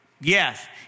yes